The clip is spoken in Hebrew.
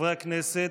חברי הכנסת,